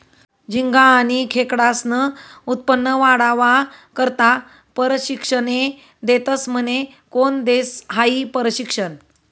झिंगा आनी खेकडास्नं उत्पन्न वाढावा करता परशिक्षने देतस म्हने? कोन देस हायी परशिक्षन?